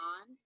on